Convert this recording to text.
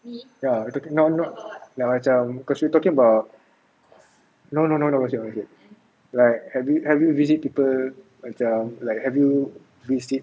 ya we talking not not like macam cause we talking about no no no no not gossip or anything like have you have you visit people macam like have you missed it